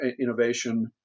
innovation